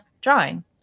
drawing